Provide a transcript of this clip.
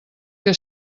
que